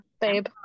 babe